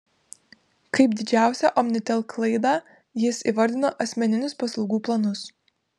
kaip didžiausią omnitel klaidą jis įvardino asmeninius paslaugų planus